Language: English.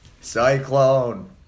Cyclone